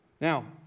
Now